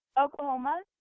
Oklahoma